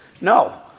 No